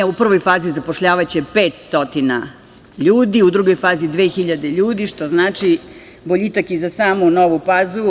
U prvoj fazi zapošljavaće 500 ljudi, u drugoj 2000 ljudi, što znači boljitak i za samu Novu Pazovu.